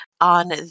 on